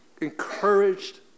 encouraged